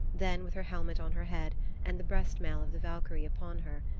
then, with her helmet on her head and the breast-mail of the valkyrie upon her,